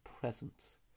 presence